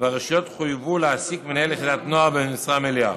והרשויות חויבו להעסיק מנהל יחידת נוער במשרה מלאה.